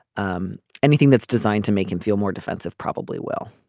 um anything that's designed to make him feel more defensive probably will.